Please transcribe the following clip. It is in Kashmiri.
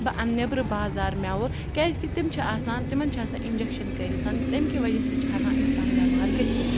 بہِ اَنہٕ نیٚبرٕ بازار میٚوٕ کیازکہِ تِم چھِ آسان تِمَن چھِ آسان اِنجَکشَن کٔرِتھ تمہِ کہِ وَجہَ سۭتۍ چھِ ہیٚکان اِنسان بیٚمار گٔژھِتھ